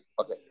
Okay